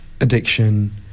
addiction